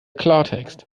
klartext